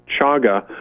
chaga